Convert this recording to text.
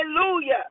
Hallelujah